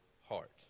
heart